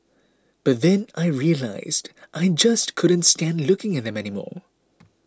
but then I realised I just couldn't stand looking at them anymore